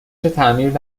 تعمیر